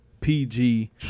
PG